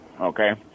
okay